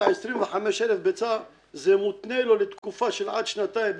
25,000 ביצה זה מותנה לו לתקופה של עד שנתיים.